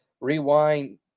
rewind